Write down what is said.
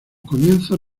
comienzos